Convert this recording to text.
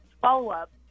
follow-up